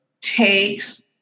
takes